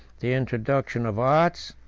the introduction of arts,